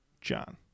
John